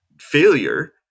failure